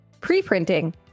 Pre-printing